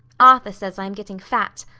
arthur says i am getting fat.